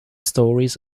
stories